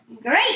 great